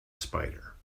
spider